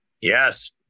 Yes